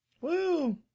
Woo